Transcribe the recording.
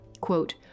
Quote